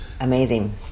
amazing